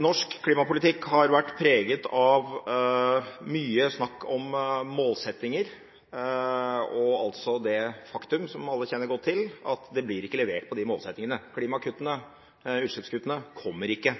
Norsk klimapolitikk har vært preget av mye snakk om målsettinger og det faktum, som alle kjenner godt til, at det ikke blir levert på de målsettingene. Klimakuttene, utslippskuttene, kommer ikke.